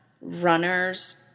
runners